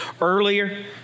earlier